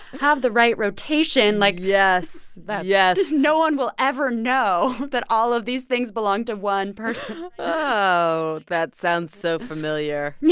have the right rotation, like. yes. yes no one will ever know that all of these things belong to one person oh, that sounds so familiar yeah